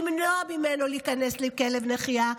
למנוע ממנו להיכנס עם כלב נחייה.